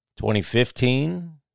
2015